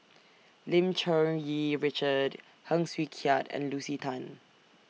Lim Cherng Yih Richard Heng Swee Keat and Lucy Tan